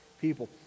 people